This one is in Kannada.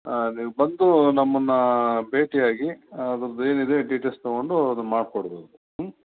ಹಾಂ ನೀವು ಬಂದು ನಮ್ಮನ್ನು ಭೇಟಿ ಆಗಿ ಅದ್ರದ್ದು ಏನಿದೆ ಡೀಟೇಲ್ಸ್ ತೊಗೊಂಡು ಅದನ್ನು ಮಾಡಿ ಕೊಡ್ಬೋದು ಹ್ಞೂ